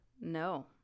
No